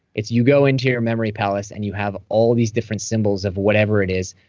it's you go into your memory palace, and you have all these different symbols of whatever it is.